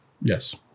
Yes